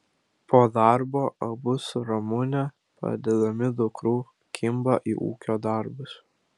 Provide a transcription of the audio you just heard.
po darbo abu su ramune padedami dukrų kimba į ūkio darbus